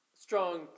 strong